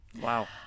Wow